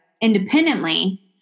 independently